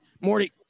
Morty